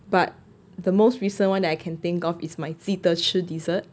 but the most recent [one] that I can think of is my 记得吃 dessert